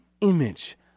image